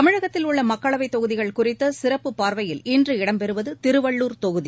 தமிழகத்தில் உள்ள மக்களவைத் தொகுதிகள் குறித்த சிறப்புப் பார்வையில் இன்று இடம்பெறுவது திருவள்ளூர் தொகுதி